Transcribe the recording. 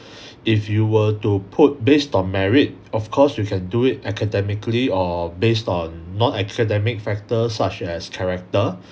if you were to put based on merit of course you can do it academically or based on non-academic factors such as character